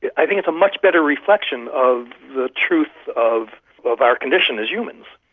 and i think it's a much better reflection of the truth of of our condition as humans.